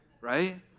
right